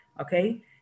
Okay